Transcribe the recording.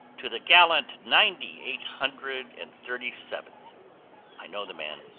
to the gallant ninety-eight hundred and thirty-seventh i know the man.